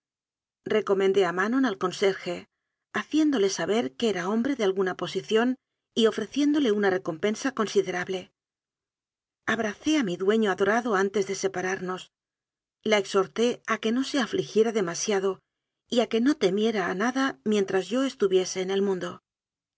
recomendé a manon al conserje haciéndole saber que era hom bre de alguna posición y ofreciéndole una recom pensa considerable abracé a mi dueño adorado antes de separarnos la exhorté a que no se afli giera demasiado y a que no temiera a nada mien tras yo estuviese en el mundo